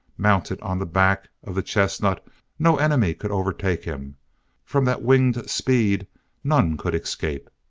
mounted on the back of the chestnut no enemy could overtake him from that winged speed none could escape.